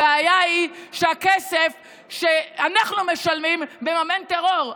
הבעיה היא שהכסף שאנחנו משלמים מממן טרור.